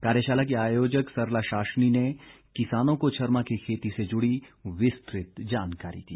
कार्यशाला की आयोजक सरला शाशनी ने किसानों को छरमा की खेती से जुड़ी विस्तृत जानकारी दी